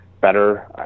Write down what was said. better